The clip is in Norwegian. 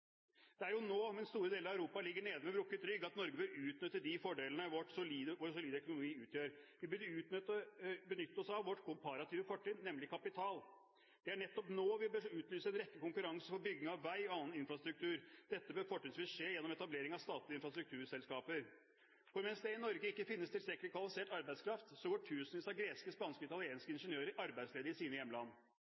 Det jo nå, mens store deler av Europa ligger nede med brukket rygg, at Norge bør utnytte de fordelene vår solide økonomi utgjør. Vi burde benytte oss av vårt komparative fortrinn, nemlig kapital. Det er nettopp nå vi bør utlyse en rekke konkurranser for bygging av vei og annen infrastruktur. Dette bør fortrinnsvis skje gjennom etablering av statlige infrastrukturselskaper, for mens det i Norge ikke finnes tilstrekkelig kvalifisert arbeidskraft, går tusenvis av greske, spanske og italienske ingeniører arbeidsledige i sine hjemland.